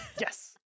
yes